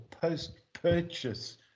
post-purchase